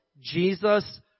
Jesus